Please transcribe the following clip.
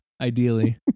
ideally